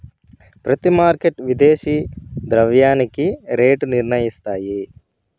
ప్రతి మార్కెట్ విదేశీ ద్రవ్యానికి రేటు నిర్ణయిస్తాయి